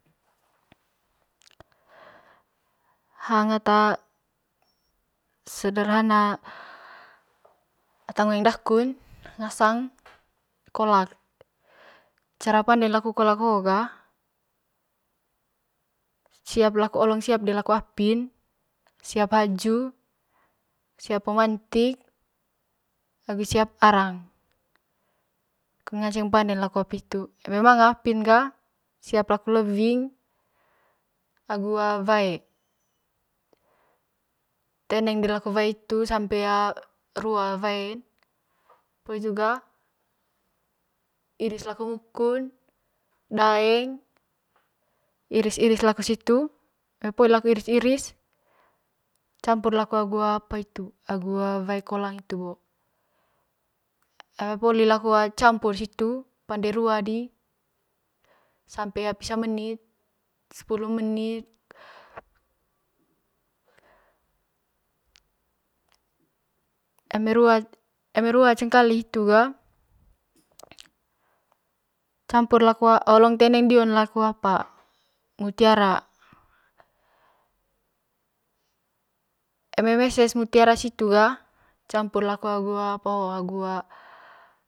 Hang ata sederhana ata ngoeng dakun ngasang kolak cara panden laku kolak hoo ga siap di laku olong siap di laku apin siap haju siap pemantik agu siap arang kut ngance pande laku apa hitu eme manga apin ga siap laku lewing agu wae teneng di laku waem di eme rua wae poli hitu ga iris laku mukun, daeng iris irs laku situ pas poli laku iris iris campur laku agu apa hitu agu a wae kolang hitu bo eme poli laku campur situ pande rua disampe pisa menit sepulu menit eme rua eme rua cengkali hitu ga campur laku a olo teneng dion laku a apa mutiara eme meses mutiara situ ga campur laku appa ho agu.